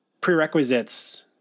prerequisites